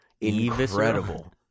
Incredible